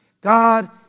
God